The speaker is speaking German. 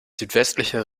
südwestlicher